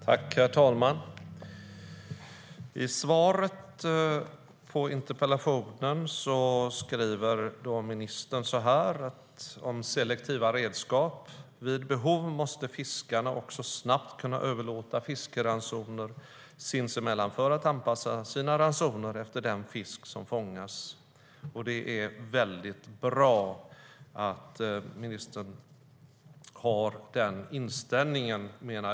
Herr talman! I interpellationssvaret skriver ministern om selektiva redskap att "vid behov måste fiskarna också snabbt kunna överlåta fiskeransoner sinsemellan för att anpassa sina ransoner efter den fisk som fångas". Det är bra att ministern har denna inställning.